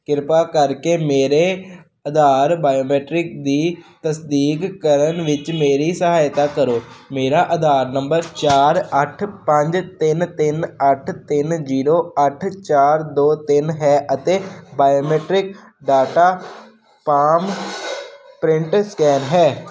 ਕਿਰਪਾ ਕਰਕੇ ਮੇਰੇ ਆਧਾਰ ਬਾਇਓਮੀਟ੍ਰਿਕ ਦੀ ਤਸਦੀਕ ਕਰਨ ਵਿੱਚ ਮੇਰੀ ਸਹਾਇਤਾ ਕਰੋ ਮੇਰਾ ਆਧਾਰ ਨੰਬਰ ਚਾਰ ਅੱਠ ਪੰਜ ਤਿੰਨ ਤਿੰਨ ਅੱਠ ਤਿੰਨ ਜੀਰੋ ਅੱਠ ਚਾਰ ਦੋ ਤਿੰਨ ਹੈ ਅਤੇ biometric data palm print scan ਹੈ